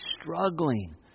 struggling